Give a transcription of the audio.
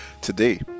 today